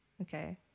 Okay